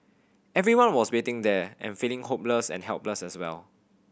everyone was waiting there and feeling hopeless and helpless as well